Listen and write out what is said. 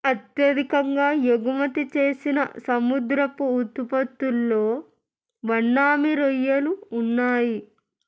అత్యధికంగా ఎగుమతి చేసిన సముద్రపు ఉత్పత్తుల్లో మన్నామీ రొయ్యలు ఉన్నాయి